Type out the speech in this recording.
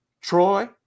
Troy